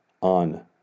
on